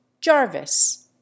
Jarvis